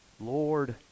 lord